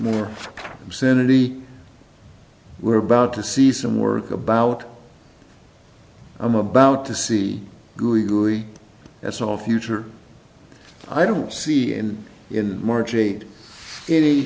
more obscenity we're about to see some work about i'm about to see grigory it's all future i don't see end in march eight any